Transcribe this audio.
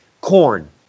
corn